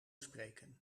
spreken